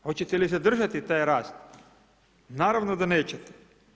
Hoćete li zadržati taj rast, naravno da nećete.